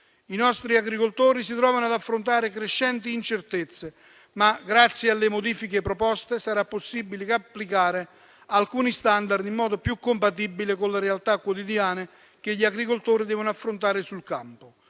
I nostri agricoltori si trovano ad affrontare crescenti incertezze, ma - grazie alle modifiche proposte - sarà possibile applicare alcuni *standard* in modo più compatibile con le realtà quotidiane che gli agricoltori devono affrontare sul campo.